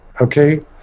okay